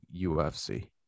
UFC